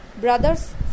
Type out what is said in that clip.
Brothers